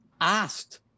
asked